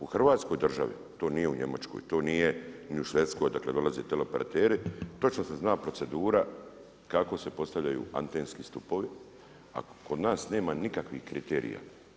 U Hrvatskoj državi, to nije u Njemačkoj, to nije ni u Švedskoj, dakle, dolaze teleoperateri, točno se zna procedura, kako se postavljaju antenski stupovi, a kod nas nema nikakvih kriterija.